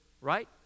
right